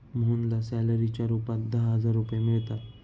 मोहनला सॅलरीच्या रूपात दहा हजार रुपये मिळतात